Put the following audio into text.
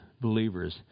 believers